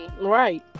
Right